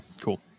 Cool